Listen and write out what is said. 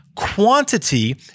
quantity